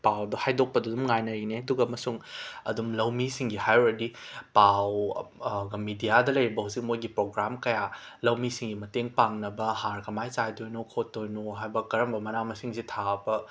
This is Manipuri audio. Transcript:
ꯄꯥꯎꯗ ꯍꯥꯏꯗꯣꯛꯄ ꯑꯗꯨꯝ ꯉꯥꯏꯅꯔꯤꯅꯦ ꯑꯗꯨꯒ ꯑꯃꯁꯨꯡ ꯑꯗꯨꯝ ꯂꯧꯃꯤꯁꯤꯡꯒꯤ ꯍꯥꯏꯔꯨꯔꯗꯤ ꯄꯥꯎ ꯃꯦꯗꯤꯌꯥꯗ ꯂꯩꯔꯤꯕ ꯍꯧꯖꯤꯛ ꯃꯣꯏꯒꯤ ꯄ꯭ꯔꯣꯒ꯭ꯔꯥꯝ ꯀꯌꯥ ꯂꯧꯃꯤꯁꯤꯡꯒꯤ ꯃꯇꯦꯡ ꯄꯥꯡꯅꯕ ꯍꯥꯔ ꯀꯃꯥꯏꯅ ꯆꯥꯏꯗꯣꯏꯅꯣ ꯈꯣꯠꯇꯣꯏꯅꯣ ꯍꯥꯏꯕ ꯀꯔꯝꯕ ꯃꯅꯥ ꯃꯁꯤꯡꯁꯤ ꯊꯥꯕ